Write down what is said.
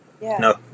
no